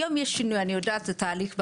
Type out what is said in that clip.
היום יש שינוי, אני יודעת את התהליך.